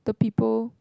the people